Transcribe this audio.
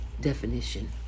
definition